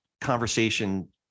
conversation